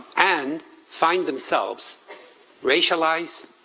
and find themselves racialized,